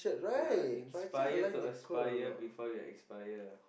ya inspire to aspire before you expire